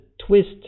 twist